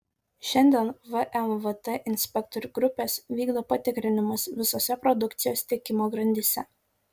šiandien vmvt inspektorių grupės vykdo patikrinimus visose produkcijos tiekimo grandyse